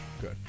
Good